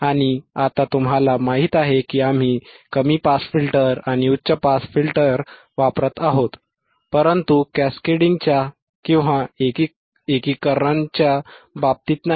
आणि आता तुम्हाला माहित आहे की आम्ही कमी पास फिल्टर आणि उच्च पास फिल्टर वापरत आहोत परंतु कॅस्केडिंगच्या एकीकरणच्या बाबतीत नाही